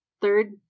third